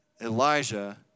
Elijah